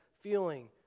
feeling